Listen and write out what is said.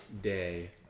day